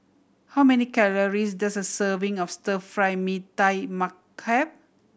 how many calories does a serving of Stir Fry Mee Tai Mak have